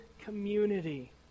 community